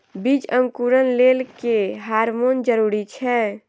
बीज अंकुरण लेल केँ हार्मोन जरूरी छै?